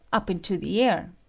up into the air.